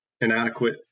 inadequate